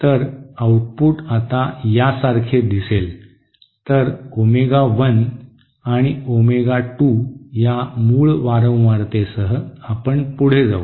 तर आऊटपुट आता यासारखे दिसेल तर ओमेगा 1 आणि ओमेगा 2 या मूळ वारंवारतेसह आपण पुढे जाऊ